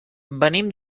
venim